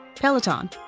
Peloton